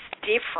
different